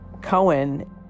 Cohen